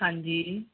ਹਾਂਜੀ